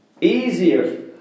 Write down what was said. easier